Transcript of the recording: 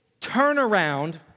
turnaround